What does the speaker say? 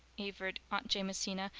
averred aunt jamesina,